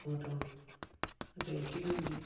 ओह् ते रियालटी गै होंदी